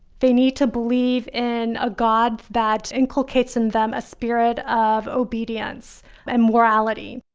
they need to believe in a god that inculcates in them a spirit of obedience and morality